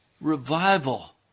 revival